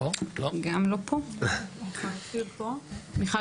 מיכל אופיר פה?